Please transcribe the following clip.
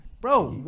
Bro